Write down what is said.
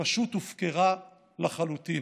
שפשוט הופקרה לחלוטין.